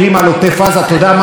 זה מה שאמרת לנו היום,